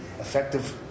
effective